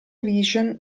vision